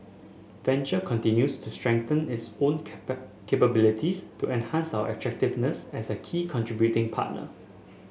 venture continues to strengthen its own cap capabilities to enhance our attractiveness as a key contributing partner